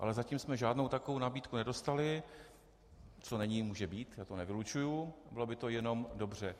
Ale zatím jsme žádnou takovou nabídku nedostali co není, může být, já to nevylučuji, bylo by to jenom dobře.